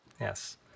Yes